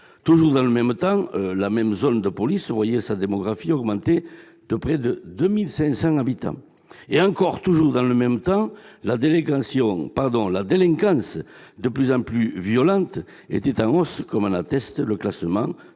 Toujours dans le même temps, la même zone de police voyait sa démographie augmenter de près de 2 500 habitants. Et toujours dans le même temps, la délinquance de plus en plus violente était en hausse, comme l'atteste le classement